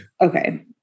Okay